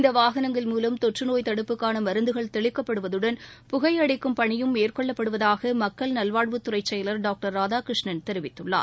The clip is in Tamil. இந்தவாகனங்கள் மூலம் தொற்றுநோய் தடுப்புக்கானமருந்துகள் தெளிக்கப்படுவதுடன் புகை அடிக்கும் பணியும் மேற்கொள்ளப்படுவதாகமக்கள் நல்வாழ்வுத்துறைசெயலாளர் டாக்டர் ராதாகிருஷ்ணன் தெரிவித்துள்ளார்